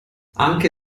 anche